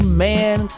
man